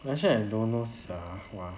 actually I don't know sia !wah!